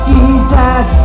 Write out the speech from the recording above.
Jesus